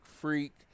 freak